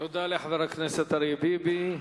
תודה לחבר הכנסת אריה ביבי.